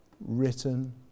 written